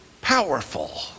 powerful